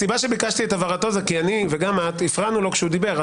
הסיבה שביקשתי את הבהרתו היא כי אני וגם את הפרענו לו כשהוא דיבר.